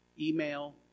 email